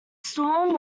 storm